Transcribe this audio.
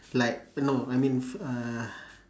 like no I mean uh